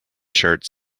shirts